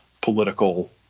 political